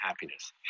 happiness